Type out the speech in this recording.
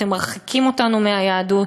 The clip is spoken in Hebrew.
אתם מרחיקים אותנו מהיהדות.